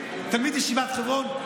תלמיד ישיבת חברון,